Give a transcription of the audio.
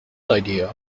idea